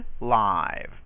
live